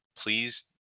Please